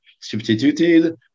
substituted